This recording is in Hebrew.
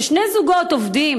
שני בני-הזוג עובדים,